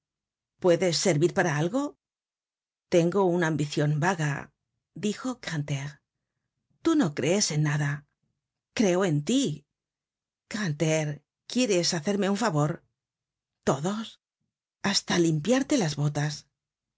puedes servir para algo tengo una ambicion vaga dijo grantaire tú no crees en nada creo en tí grantaire quieres hacerme un favor todos hasta limpiarte las botas